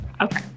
Okay